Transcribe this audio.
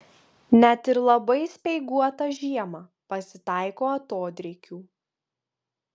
net ir labai speiguotą žiemą pasitaiko atodrėkių